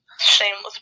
Shameless